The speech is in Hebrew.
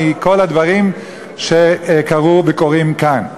מכל הדברים שקרו וקורים כאן.